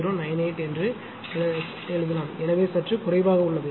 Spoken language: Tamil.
0098 எனவே சற்று குறைவாக உள்ளது